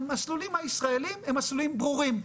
המסלולים הישראלים הם מסלולים ברורים,